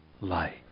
light